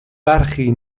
برخی